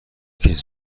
کیسه